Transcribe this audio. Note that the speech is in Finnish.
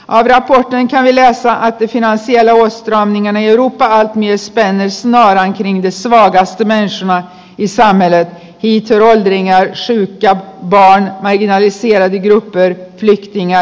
ahde apupyyntöjä saada pysymään siellä vois lamminen ei lupaa jo ennen vad gäller denna konflikt kunde mycket ha gjorts men mycket kan fortsättningsvis göras